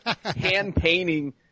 hand-painting